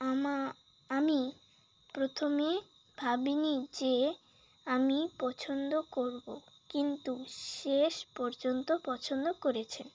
আমা আমি প্রথমে ভাবিনি যে আমি পছন্দ করবো কিন্তু শেষ পর্যন্ত পছন্দ করেছি